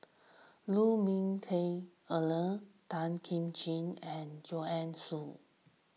Lu Ming Teh Earl Tan Kim Ching and Joanne Soo